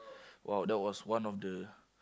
!wow! that was one of the